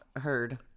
heard